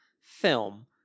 film